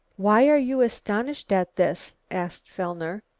why are you astonished at this? asked fellner.